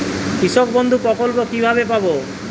কৃষকবন্ধু প্রকল্প কিভাবে পাব?